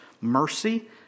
mercy